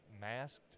masked